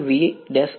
વિદ્યાર્થી